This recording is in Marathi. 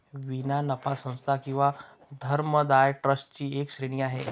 विना नफा संस्था किंवा धर्मदाय ट्रस्ट ची एक श्रेणी आहे